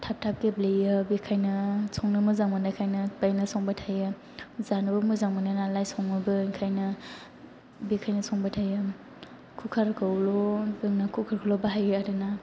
थाब थाब गेब्लेयो बेनिखायनो संनो मोजां मोननायखायनो बेवहायनो संबाय थायो जानोबो मोजां मोनो नालाय सङोबो बेनिखायनो बेनिखायनो संबाय थायो कुकार खौल' जोंना कुकार खौल' बाहायो आरो ना